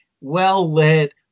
well-lit